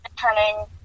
turning